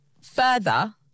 further